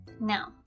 Now